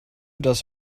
das